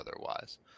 otherwise